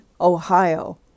Ohio